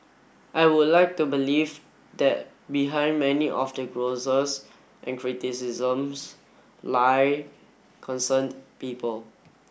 I would like to believe that behind many of the grouses and criticisms lie concerned people